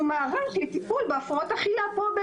זו הפרעה עם אקוטיות פסיכיאטרית וגופנית וצריך צוות רב-מקצועי.